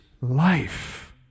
life